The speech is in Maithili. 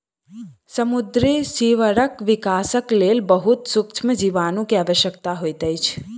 समुद्री सीवरक विकासक लेल बहुत सुक्ष्म जीवाणु के आवश्यकता होइत अछि